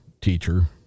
teacher